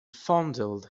fondled